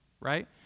right